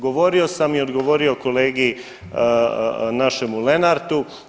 Govorio sam i odgovorio kolegi našemu Lenartu.